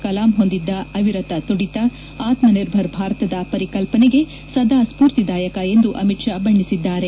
ಕಲಾಂ ಹೊಂದಿದ್ದ ಅವಿರತ ತುಡಿತ ಆತ್ಮನಿರ್ಭರ ಭಾರತದ ಪರಿಕಲ್ಪನೆಗೆ ಸದಾ ಸ್ಫೂರ್ತಿದಾಯಕ ಎಂದು ಅಮಿತ್ ಶಾ ಬಣ್ಣೆಸಿದ್ದಾರೆ